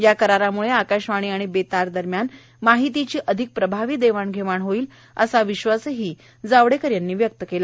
या करारामुळे आकाशवाणी आणि बेतार दरम्यान माहितीची अधिक प्रभावी देवाण घेवाण होईल असा विश्वासही जावडेकर यांनी व्यक्त केला